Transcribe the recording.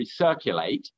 recirculate